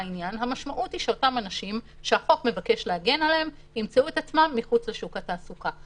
המשמעות היא שאותם אנשים ימצאו את עצמם מחוץ לשוק התעסוקה.